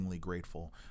grateful